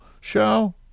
show